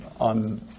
on